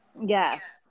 yes